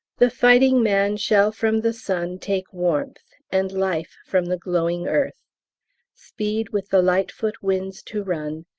the fighting man shall from the sun take warmth, and life from the glowing earth speed with the light-foot winds to run,